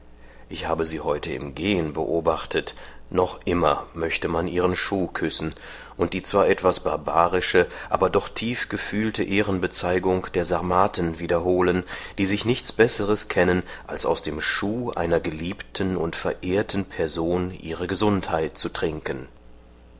ich habe sie heute im gehen beobachtet noch immer möchte man ihren schuh küssen und die zwar etwas barbarische aber doch tief gefühlte ehrenbezeugung der sarmaten wiederholen die sich nichts besseres kennen als aus dem schuh einer geliebten und verehrten person ihre gesundheit zu trinken